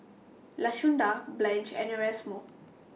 Lashunda Blanch and Erasmo